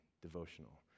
devotional